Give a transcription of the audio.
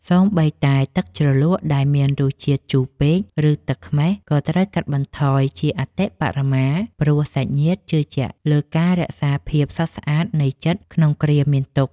សូម្បីតែទឹកជ្រលក់ដែលមានជាតិជូរពេក ឬទឹកខ្មេះក៏ត្រូវកាត់បន្ថយជាអតិបរមា ព្រោះ សាច់ញាតិជឿជាក់លើការរក្សាភាពសុទ្ធស្អាតនៃចិត្តក្នុងគ្រាមានទុក្ខ។